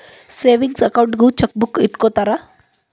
savings ಅಕೌಂಟಿಗೂ checkbook ಇಟ್ಟ್ಕೊತ್ತರ